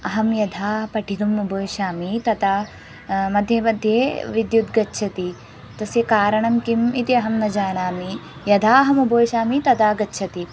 अहं यदा पठितुम् उपविशामि तदा मध्ये मध्ये विद्युत् गच्छति तस्य कारणं किम् इति अहं न जानामि यदाहम् उपविशामि तदा गच्छति